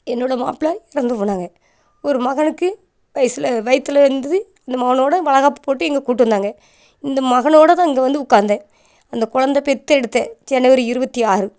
என்னோடய மாப்பிள்ளை இறந்து போனாங்க ஒரு மகனுக்கு வயசில் வயிற்றில் இருந்தது இந்த மகனோட வளைகாப்பு போட்டு இங்கே கூட்டு வந்தாங்க இந்த மகனோடய தான் இங்கே வந்து உட்காந்தேன் அந்த குழந்த பெற்றெடுத்தேன் ஜனவரி இருபத்தி ஆறு